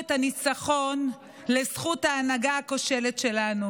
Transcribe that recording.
את הניצחון לזכות ההנהגה הכושלת שלנו.